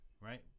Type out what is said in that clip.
Right